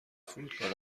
فرودگاه